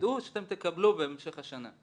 תדעו שאתם תקבלו בהמשך השנה.